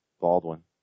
Baldwin